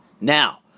Now